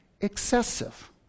excessive